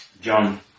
John